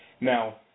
Now